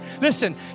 Listen